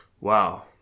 Wow